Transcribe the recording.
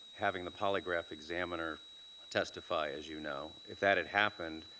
having the polygraph examiner testify, as you know. if that had happened,